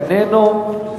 איננו,